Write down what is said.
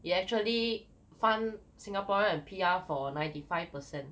it actually fund singaporean and P_R for ninety five per cent